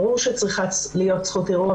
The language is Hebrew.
ברור שצריכה להיות זכות ערעור,